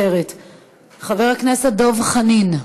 מוותרת, חבר הכנסת דב חנין,